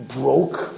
broke